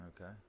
Okay